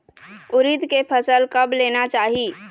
उरीद के फसल कब लेना चाही?